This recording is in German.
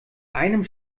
einem